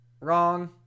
wrong